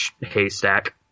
haystack